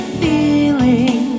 feeling